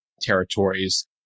territories